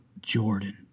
Jordan